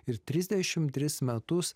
ir trisdešimt tris metus